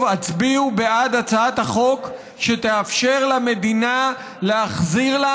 הצביעו בעד הצעת החוק שתאפשר למדינה להחזיר לה